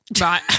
right